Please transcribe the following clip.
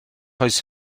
oes